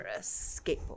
skateboard